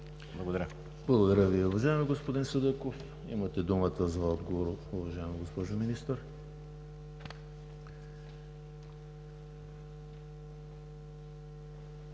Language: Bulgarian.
Благодаря Ви, уважаеми господин Садъков. Имате думата за отговор, уважаема госпожо Министър.